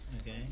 Okay